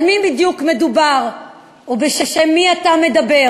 על מי בדיוק מדובר ובשם מי אתה מדבר?